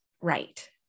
right